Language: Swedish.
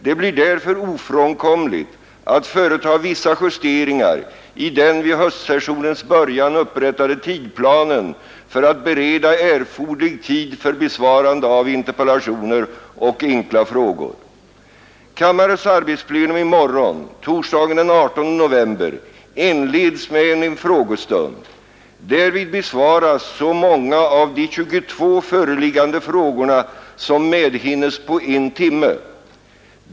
Det blir därför ofrånkomligt att företa vissa justeringar i den vid höstsessionens början upprättade tidplanen för att bereda erforderlig tid för besvarande av interpellationer — Nr 128 och enkla frågor. 4 Onsdagen den Kammarens arbetsplenum i morgon, torsdagen den 18 november, 17 november 1971 inleds med en frågestund. Därvid besvaras så många av de 22 föreliggande frågorna som medhinnes på en timme.